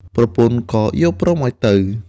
ប្រពន្ធក៏យល់ព្រមឱ្យទៅ។